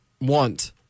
want